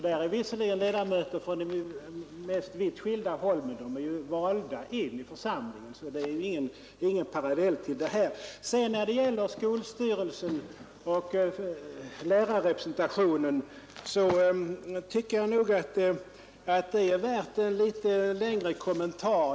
Där är visserligen ledamöter från de mest skilda håll men de tillhör ju alla den utvalda församlingen så det är ingen parallell. När det gäller skolstyrelsen och lärarrepresentationen tycker jag nog att det är värt en något längre kommentar.